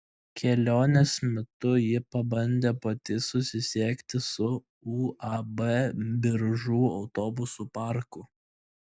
kelionės metu ji pabandė pati susisiekti su uab biržų autobusų parku